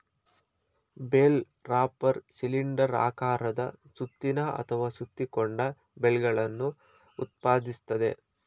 bale wrapper cylinder ಆಕಾರದ ಸುತ್ತಿನ ಅಥವಾ ಸುತ್ತಿಕೊಂಡ ಬೇಲ್ಗಳನ್ನು ಉತ್ಪಾದಿಸ್ತದೆ